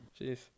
Jeez